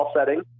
setting